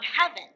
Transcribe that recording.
heaven